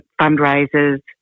fundraisers